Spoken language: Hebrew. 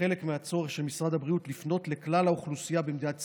כחלק מהצורך של משרד הבריאות לפנות לכלל האוכלוסייה במדינת ישראל.